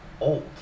old